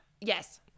Yes